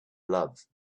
love